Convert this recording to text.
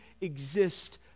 exist